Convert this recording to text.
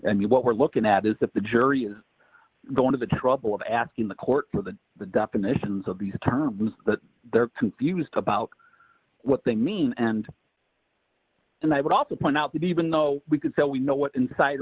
and what we're looking at is that the jury is going to the trouble of asking the court for the definitions of these terms that they're confused about what they mean and and i would also point out that even though we could so we know what inside